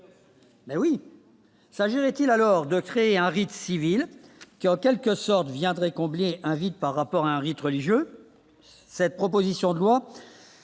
Bah oui, ça je est-il alors de créer un vide civils qui, en quelque sorte viendrait combler un vide, par rapport à un rite religieux, cette proposition de loi,